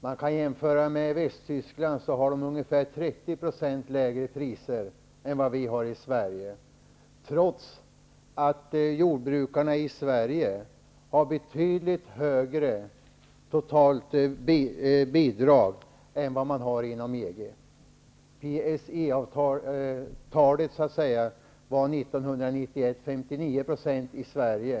Man kan jämföra med Tyskland som har ungefär 30 % lägre priser än vad vi har, trots att jordbrukarna i Sverige har betydligt högre totalt bidrag än man har i EG. PSE-talet var 1991 59 % i Sverige.